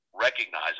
recognize